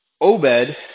Obed